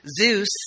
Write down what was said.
Zeus